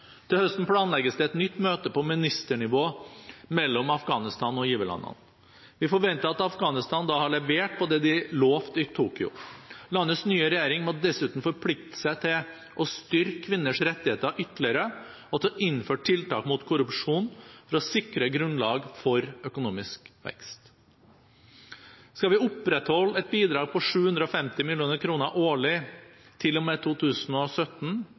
Til høsten planlegges det et nytt møte på ministernivå mellom Afghanistan og giverlandene. Vi forventer at Afghanistan da har levert på det de lovet i Tokyo. Landets nye regjering må dessuten forplikte seg til å styrke kvinners rettigheter ytterligere og til å innføre tiltak mot korrupsjon for å sikre et grunnlag for økonomisk vekst. Skal vi opprettholde et bidrag på 750 mill. kr årlig til og med 2017,